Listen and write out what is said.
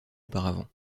auparavant